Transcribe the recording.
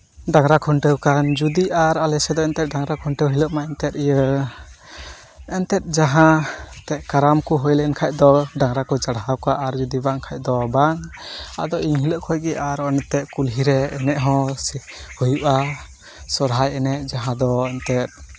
ᱰᱟᱝᱨᱟ ᱠᱷᱩᱱᱴᱟᱹᱣ ᱠᱟᱱ ᱡᱩᱫᱤ ᱟᱨ ᱟᱞᱮ ᱥᱮᱜ ᱫᱚ ᱰᱟᱝᱨᱟ ᱠᱷᱩᱱᱴᱟᱹᱣ ᱦᱤᱞᱳᱜ ᱢᱟ ᱮᱱᱛᱮᱜ ᱤᱭᱟᱹ ᱮᱱᱛᱮᱜ ᱡᱟᱦᱟᱸ ᱠᱟᱨᱟᱢ ᱠᱚ ᱦᱩᱭ ᱞᱮᱱᱠᱷᱟᱡ ᱫᱚ ᱰᱟᱝᱨᱟ ᱠᱚ ᱪᱟᱨᱦᱟᱣ ᱠᱚᱣᱟ ᱟᱨ ᱡᱩᱫᱤ ᱵᱟᱝ ᱠᱷᱟᱡ ᱫᱚ ᱵᱟᱝ ᱟᱫᱚ ᱮᱱᱦᱤᱞᱳᱜ ᱠᱷᱚᱱᱜᱮ ᱟᱨ ᱮᱱᱛᱮᱜ ᱠᱩᱞᱦᱤ ᱨᱮ ᱮᱱᱮᱡ ᱦᱚᱸ ᱦᱩᱭᱩᱜᱼᱟ ᱥᱚᱦᱨᱟᱭ ᱮᱱᱮᱡ ᱡᱟᱦᱟᱸ ᱫᱚ ᱮᱱᱛᱮᱫ